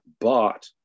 bought